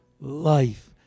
Life